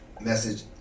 message